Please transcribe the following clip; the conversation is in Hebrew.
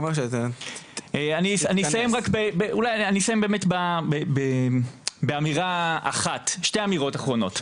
אני אסיים באמת באמירה אחת, שתי אמירות אחרונות.